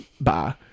Bye